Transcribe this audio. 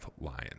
lion